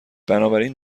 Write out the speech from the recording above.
بنابراین